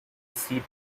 seat